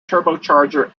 turbocharger